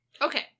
Okay